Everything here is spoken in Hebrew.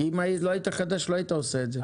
אם לא היית חדש, לא היית עושה את זה.